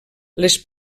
les